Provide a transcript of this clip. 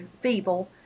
feeble